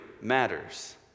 matters